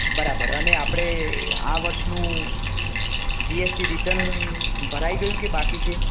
બરાબર અને આપણે આ વર્ષનું જીએસટી રીટર્ન ભરાઈ ગયું કે બાકી છે